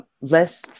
less